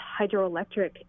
hydroelectric